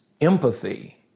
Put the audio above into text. empathy